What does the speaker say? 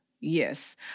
Yes